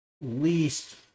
least